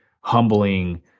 humbling